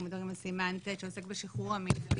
אנחנו מדברים על סימן ט' שעוסק בשחרור המינהלי.